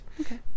Okay